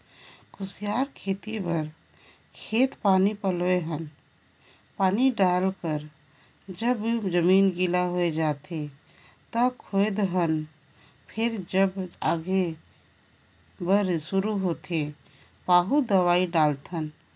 कुसियार खेती बर खेत पानी पलोए हन पानी डायल कर जब जमीन गिला होए जाथें त खोदे हन फेर जब जागे बर शुरू होथे पाहु दवा डालथन